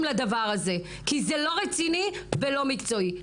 לדבר הזה כי זה לא רציני ולא מקצועי.